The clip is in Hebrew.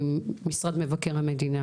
משרד מבקר המדינה